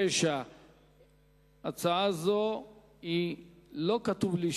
הצעה זו התקבלה,